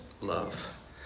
love